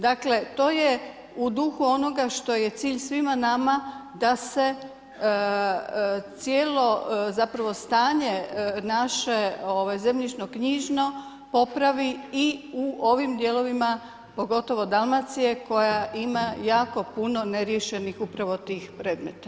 Dakle, to je u duhu onoga što je cilj svima nama da se cijelo zapravo stanje naše zemljišno-knjižno popravi i u ovim dijelovima pogotovo Dalmacije koja ima jako puno neriješenih upravo tih predmeta.